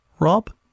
Rob